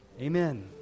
Amen